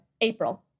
April